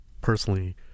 personally